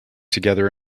together